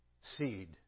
seed